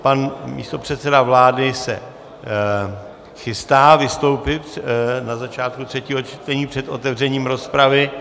Pan místopředseda vlády se chystá vystoupit na začátku třetího čtení před otevřením rozpravy.